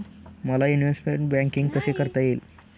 मला investment banking कसे कसे करता येईल?